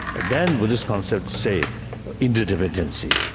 then buddhist concept say interdependency,